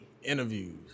interviews